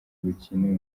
bukenewe